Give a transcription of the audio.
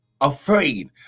afraid